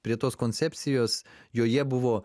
prie tos koncepcijos joje buvo